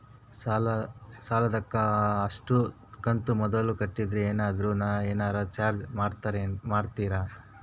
ಸಾಲದ ಅಷ್ಟು ಕಂತು ಮೊದಲ ಕಟ್ಟಿದ್ರ ಏನಾದರೂ ಏನರ ಚಾರ್ಜ್ ಮಾಡುತ್ತೇರಿ?